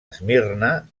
esmirna